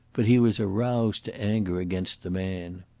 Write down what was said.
but he was aroused to anger against the man.